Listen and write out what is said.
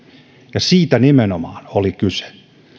ja siitä nimenomaan oli kyse